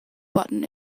button